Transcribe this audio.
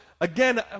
again